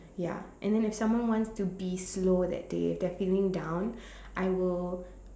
ya and then if someone wants to be slow that day if they're feeling down I will